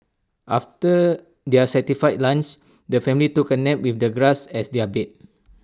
after their satisfying lunch the family took A nap with the grass as their bed